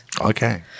Okay